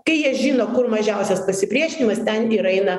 kai jie žino kur mažiausias pasipriešinimas ten ir eina